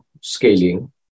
scaling